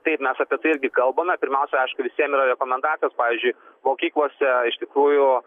taip mes apie tai irgi kalbame pirmiausia aišku visiem yra rekomendacijos pavyzdžiui mokyklose iš tikrųjų